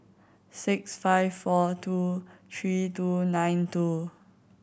six five four two three two nine two